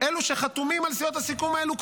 אלו שחתומים על סיעות הסיכום האלו,